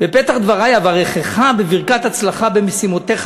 "בפתחי דברי אברכך בברכת הצלחה במשימותיך